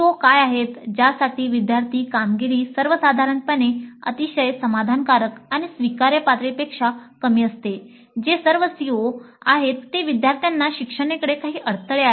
CO काय आहेत ज्यासाठी विद्यार्थी कामगिरी सर्वसाधारणपणे अतिशय समाधानकारक किंवा स्वीकार्य पातळीपेक्षा कमी असते जे सर्व CO आहेत जेथे विद्यार्थ्यांना शिक्षणाकडे काही अडथळे आहेत